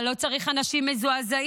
אבל לא צריך אנשים מזועזעים,